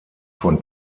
von